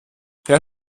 herr